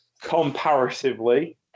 Comparatively